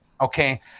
Okay